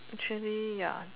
actually ya